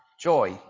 joy